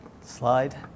slide